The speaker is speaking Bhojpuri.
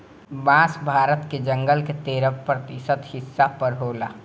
बांस भारत के जंगल के तेरह प्रतिशत हिस्सा पर होला